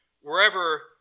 wherever